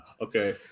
okay